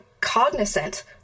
cognizant